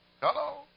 Hello